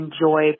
enjoy